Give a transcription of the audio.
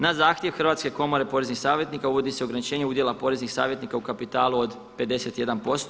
Na zahtjev Hrvatske komore poreznih savjetnika uvodi se ograničenje udjela poreznih savjetnika u kapitalu od 51%